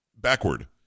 backward